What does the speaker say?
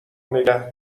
نگه